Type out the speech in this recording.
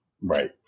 Right